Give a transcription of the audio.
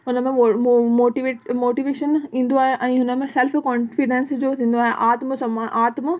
हुनमें मो मो मोटीवेट मोटीवेशन ईंदो आहे ऐं हुनमें सेल्फ़ कोन्फ़ीडेंस जो थींदो आहे आत्म सम्मान आत्म